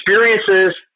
experiences